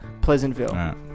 Pleasantville